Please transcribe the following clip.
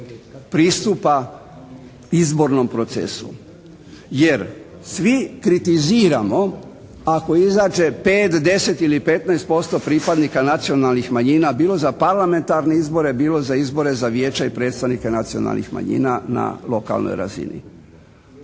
pristupa izbornom procesu. Jer svi kritiziramo ako izađe 5, 10 ili 15% pripadnika nacionalnih manjina bilo za parlamentarne izbore, bilo za izbore za vijeća i predstavnike nacionalnih manjina na lokalnoj razini.